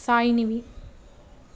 சாய்நிவி